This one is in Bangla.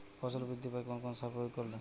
ফসল বৃদ্ধি পায় কোন কোন সার প্রয়োগ করলে?